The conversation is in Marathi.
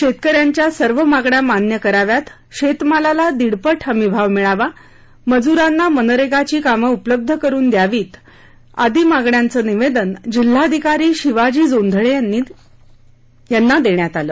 शेतकऱ्यांच्या सर्व मागण्या मान्य कराव्यात शेतमालाला दीडपट हमीभाव मिळावा मजूरांना मनरेगाची कामं उपलब्ध करून द्यावी आदी मागण्यांचं निवेदन जिल्हाधिकारी शिवाजी जोंधळे यांना देण्यात आलं